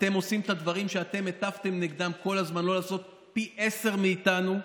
אתם עושים את הדברים שאתם הטפתם נגדם כל הזמן לא לעשות פי עשרה מאיתנו.